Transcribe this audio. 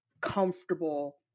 comfortable